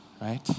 right